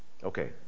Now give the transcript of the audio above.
Okay